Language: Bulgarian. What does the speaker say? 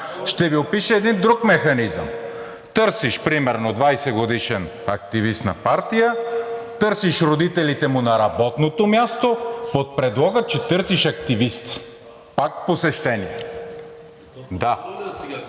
Ще Ви опиша един друг механизъм – търсиш примерно един 20-годишен активист на партия, търсиш родителите му на работното място под предлога, че търсиш активисти – пак посещение, да.